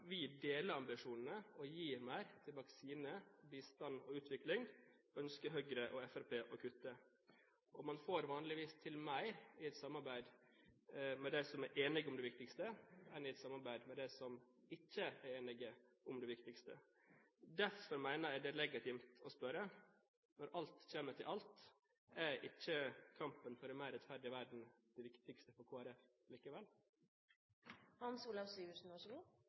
vi deler ambisjonene og gir mer til vaksine, bistand og utvikling, ønsker Høyre og Fremskrittspartiet å kutte. Man får vanligvis til mer i et samarbeid med dem som er enige om det viktigste, enn i et samarbeid med dem som ikke er enige om det viktigste. Derfor mener jeg det er legitimt å spørre: Når alt kommer til alt, er ikke kampen for en mer rettferdig verden det viktigste for